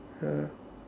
ya